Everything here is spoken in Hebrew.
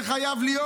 זה חייב להיות.